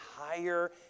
higher